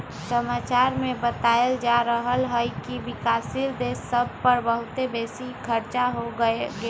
समाचार में बतायल जा रहल हइकि विकासशील देश सभ पर बहुते बेशी खरचा हो गेल हइ